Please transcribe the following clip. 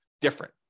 different